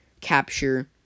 capture